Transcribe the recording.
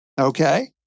okay